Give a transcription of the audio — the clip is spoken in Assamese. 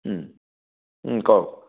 কওক